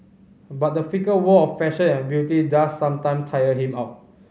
but the fickle world of fashion and beauty does sometime tire him out